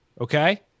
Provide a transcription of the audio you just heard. Okay